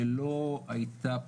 שלא הייתה פה,